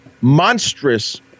monstrous